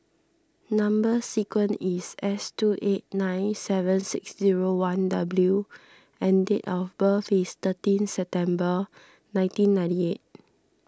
Number Sequence is S two eight nine seven six zero one W and date of birth is thirty September nineteen ninety eight